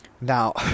Now